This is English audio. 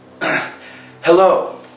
Hello